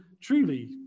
truly